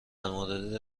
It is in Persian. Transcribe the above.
مورد